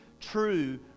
true